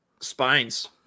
Spines